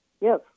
Yes